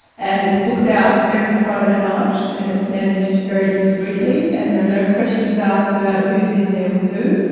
and it's booked out every friday night, and it's managed very discreetly, and there are no questions asked about who is in there with who.